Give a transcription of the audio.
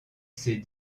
ses